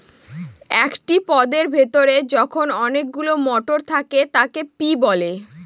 একটি পদের ভেতরে যখন অনেকগুলো মটর থাকে তাকে পি বলে